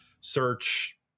search